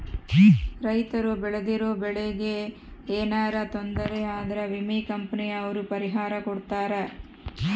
ರೈತರು ಬೆಳ್ದಿರೋ ಬೆಳೆ ಗೆ ಯೆನರ ತೊಂದರೆ ಆದ್ರ ವಿಮೆ ಕಂಪನಿ ಅವ್ರು ಪರಿಹಾರ ಕೊಡ್ತಾರ